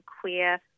queer